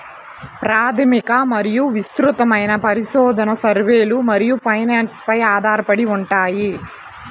ప్రాథమిక మరియు విస్తృతమైన పరిశోధన, సర్వేలు మరియు ఫైనాన్స్ పై ఆధారపడి ఉంటాయి